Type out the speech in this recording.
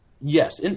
yes